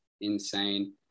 insane